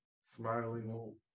Smiling